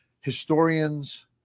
historians